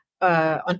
on